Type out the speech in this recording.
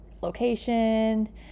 location